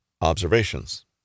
observations